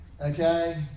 Okay